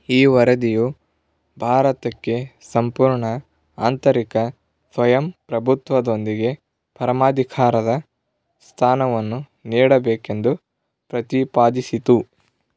ಈ ವರದಿಯು ಭಾರತಕ್ಕೆ ಸಂಪೂರ್ಣ ಆಂತರಿಕ ಸ್ವಯಂ ಪ್ರಭುತ್ವದೊಂದಿಗೆ ಪರಮಾಧಿಕಾರದ ಸ್ಥಾನವನ್ನು ನೀಡಬೇಕೆಂದು ಪ್ರತಿಪಾದಿಸಿತು